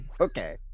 Okay